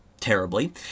terribly